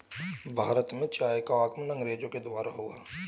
भारत में चाय का आगमन अंग्रेजो के द्वारा हुआ